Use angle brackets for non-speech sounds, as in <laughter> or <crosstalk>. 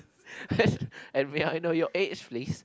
<laughs> and may I know your age please